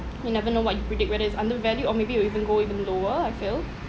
you never know what you predict whether it's undervalued or maybe it will even go even lower I feel